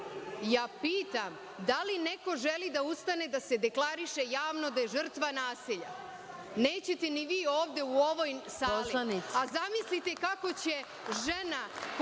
ustanem…Pitam da li neko želi da ustane da se deklariše javno da je žrtva nasilja? Nećete ni vi ovde u ovoj sali, a zamislite kako će žena